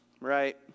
right